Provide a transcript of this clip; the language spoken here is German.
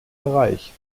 erreicht